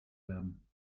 werden